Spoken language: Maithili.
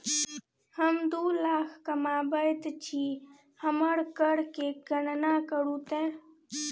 हम दू लाख कमाबैत छी हमर कर केर गणना करू ते